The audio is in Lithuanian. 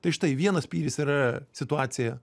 tai štai vienas spyris yra situacija